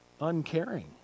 uncaring